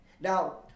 Now